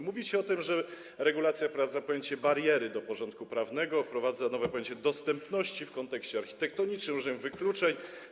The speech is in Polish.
Mówicie o tym, że regulacja wprowadza pojęcie bariery do porządku prawnego, wprowadza nowe pojęcie dostępności w kontekście architektonicznym, różnych wykluczeń.